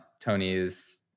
Tony's